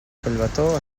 collbató